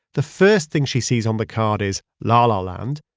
the first thing she sees on the card is la la land,